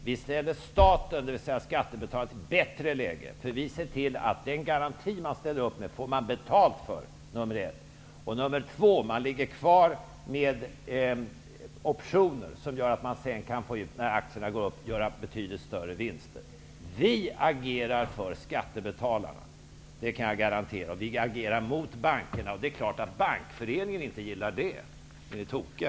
Vi ställer staten, dvs. skattebetalarna, i ett bättre läge, för vi ser för det första till att man får betalt för den garanti man ställer upp med. För det andra ligger man kvar med optioner som gör att man när aktierna går upp kan göra betydligt större vinster. Vi agerar för skattebetalarna. Det kan jag garantera. Vi agerar mot bankerna. Det är klart att Bankföreningen inte gillar det. Är ni tokiga?